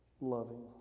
loving